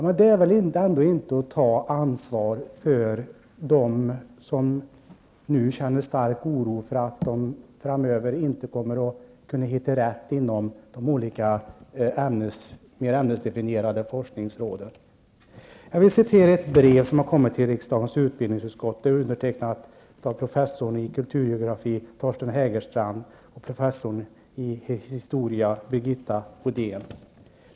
Detta är väl ändå inte att ta ansvar för dem som nu känner stark oro för att de inte framöver kommer att kunna hitta rätt inom de olika, mera ämnesdefinierade forskningsråden. Jag vill citera ett brev som kommit till riksdagens utbildningsutskott. Det är undertecknat av professorn i kulturgeografi Torsten Hägerstrand och professorn i historia Birgitta Odén.